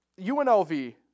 UNLV